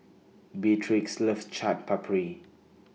Beatrix loves Chaat Papri